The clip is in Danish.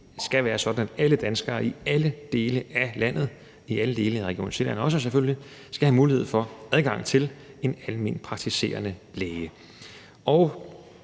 skal være sådan, at alle danskere i alle dele af landet, selvfølgelig i alle dele af Region Sjælland også, skal have mulighed for adgang til en almenpraktiserende læge.